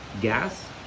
gas